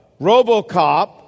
Robocop